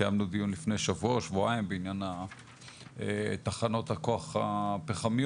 קיימנו דיון לפני שבוע או שבועיים בעניין תחנות הכוח הפחמיות,